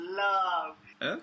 love